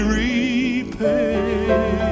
repay